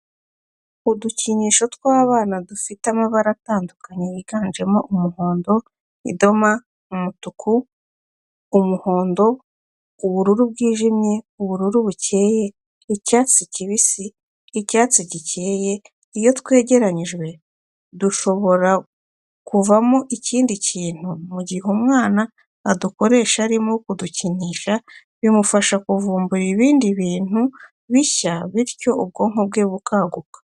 Udukinisho tw'abana dufite amabara atandukanye yiganjemo umuhondo, idoma, umutuku, umuhondo, ubururu bwijimye, ubururu bukeye, icyatsi kibisi, icyatsi gikeye, iyo twegeranyijwe dushobora kuvamo ikindi kintu, mu gihe umwana adukoresha arimo kudukinisha bimufasha kuvumbura ibindi bintu bishya bityo ubwonko bwe bukaguka.